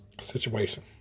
situation